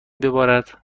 ببارد